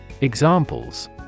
Examples